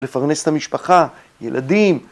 לפרנס את המשפחה, ילדים.